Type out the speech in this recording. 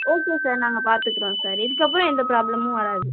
okay sir நாங்கள் பார்த்துக்குறோம் sir இதுக்கப்புறம் எந்த ப்ராபளமும் வராது